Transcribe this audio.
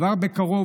כבר בקרוב,